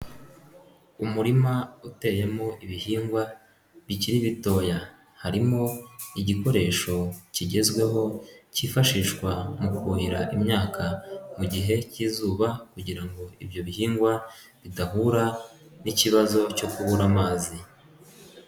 Umurima uteyemo ibihingwa bikiri bitoya, harimo igikoresho kigezweho cyifashishwa mu kuhira imyaka mu gihe cy'izuba kugira ngo ibyo bihingwa bidahura n'ikibazo cyo kubura amazi.